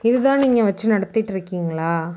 இதுதான் நீங்கள் வச்சு நடத்திகிட்ருக்கீங்களா